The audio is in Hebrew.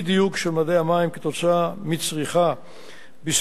אי-דיוק של מדי המים כתוצאה מצריכה בספיקות